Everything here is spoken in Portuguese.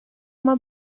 uma